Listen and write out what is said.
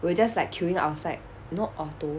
we were just like queueing outside you know auto